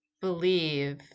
believe